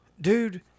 Dude